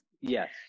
Yes